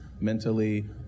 Mentally